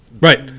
Right